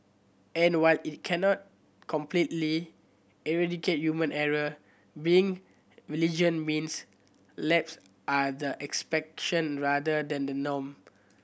and while it cannot completely eradicate error being vigilant means laps are the exception rather than the norm